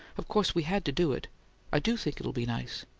of course we had to do it i do think it'll be nice.